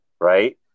right